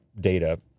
data